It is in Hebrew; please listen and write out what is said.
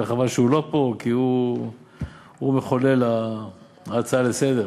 וחבל שהוא לא פה כי הוא מחולל ההצעה לסדר-היום.